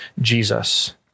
Jesus